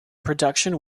production